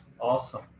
Awesome